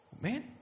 man